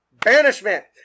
Banishment